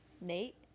Nate